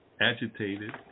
agitated